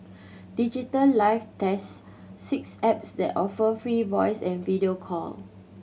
Digital Life tests six apps that offer free voice and video call